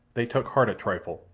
they took heart a trifle,